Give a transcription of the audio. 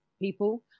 people